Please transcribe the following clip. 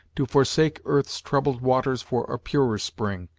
to forsake earth's troubled waters for a purer spring.